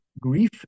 grief